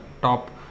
top